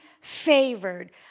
favored